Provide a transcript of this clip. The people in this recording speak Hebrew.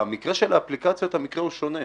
במקרה של האפליקציות, המקרה הוא שונה.